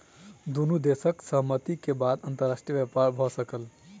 दुनू देशक सहमति के बाद अंतर्राष्ट्रीय व्यापार भ सकल